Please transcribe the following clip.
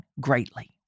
greatly